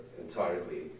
entirely